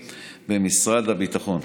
למליאה ואני אגיד מה התוצאות של הבדיקה,